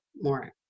more